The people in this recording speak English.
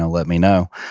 ah let me know.